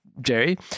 Jerry